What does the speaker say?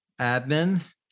admin